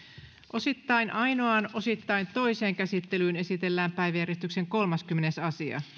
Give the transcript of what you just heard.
osittain ainoaan osittain toiseen käsittelyyn esitellään päiväjärjestyksen kolmaskymmenes asia